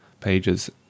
Pages